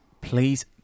please